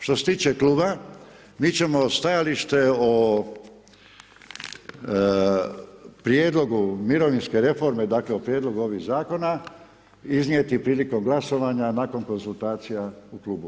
Što se tiče kluba, mi ćemo stajalište o prijedlogu mirovinske reforme, dakle, o prijedlogu ovih zakona iznijeti prilikom glasovanja nakon konzultacija u klubu.